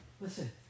Listen